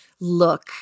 Look